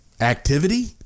activity